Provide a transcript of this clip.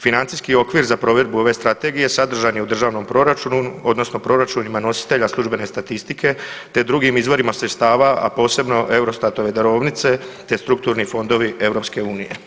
Financijski okvir za provedbu ove Strategije sadržan je u državnom proračunu, odnosno proračunima nositelja službene statistike te drugim izvorima sredstava, a posebno Eurostatove darovnice te strukturni fondovi EU.